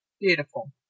Beautiful